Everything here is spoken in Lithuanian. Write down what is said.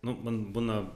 nu man būna